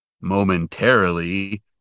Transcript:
Momentarily